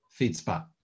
FeedSpot